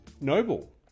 noble